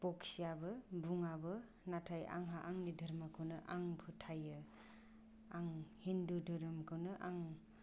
बखियाबो बुङाबो नाथाय आंहा आंनि धोर्मोखौनो आं फोथायो आं हिन्दु धोरोमखौनो आं